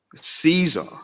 Caesar